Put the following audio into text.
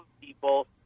people